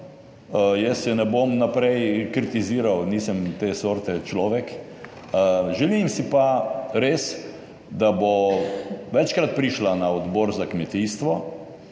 Jaz je ne bom naprej kritiziral, nisem te sorte človek. Želim si pa res, da bo večkrat prišla na Odbor za kmetijstvo,